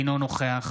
אינו נוכח